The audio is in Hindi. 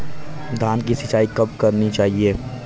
धान की सिंचाईं कब कब करनी चाहिये?